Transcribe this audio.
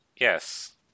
yes